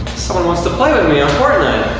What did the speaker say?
someone wants to play with me on fortnite.